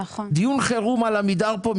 דיון חירום על עמידר פה,